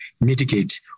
mitigate